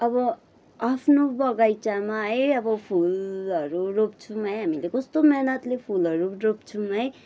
अब आफ्नो बगैँचामा है अब फुलहरू रोप्छौँ है हामीले कस्तो मेहनतले फुलहरू रोप्छौँ है